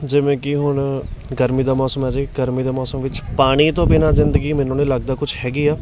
ਜਿਵੇਂ ਕਿ ਹੁਣ ਗਰਮੀ ਦਾ ਮੌਸਮ ਅਜੇ ਗਰਮੀ ਦੇ ਮੌਸਮ ਵਿੱਚ ਪਾਣੀ ਤੋਂ ਬਿਨਾਂ ਜ਼ਿੰਦਗੀ ਮੈਨੂੰ ਨਹੀਂ ਲੱਗਦਾ ਕੁਛ ਹੈਗੀ ਆ